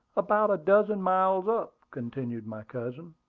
about a dozen miles up, continued my cousin.